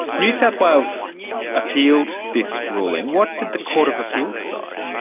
new south wales appealed this ruling. what did the court of appeal decide?